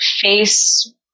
face